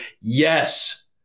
Yes